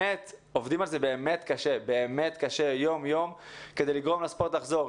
עובדים על זה באמת קשה יום יום כדי לגרום לספורט לחזור.